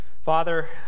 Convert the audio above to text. Father